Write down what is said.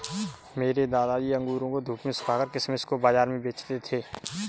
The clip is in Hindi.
मेरे दादाजी अंगूरों को धूप में सुखाकर किशमिश को बाज़ार में बेचते थे